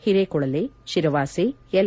Hirekolale Shiravase L